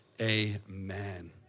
amen